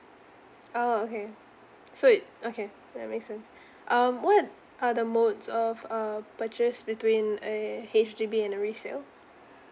oh okay so it okay that make sense um what are the modes of uh purchase between a H_D_B and a resale